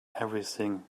everything